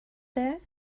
there